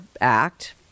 act